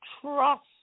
trust